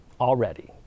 already